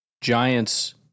Giants